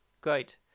great